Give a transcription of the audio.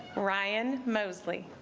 brian moseley